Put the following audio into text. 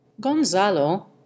Gonzalo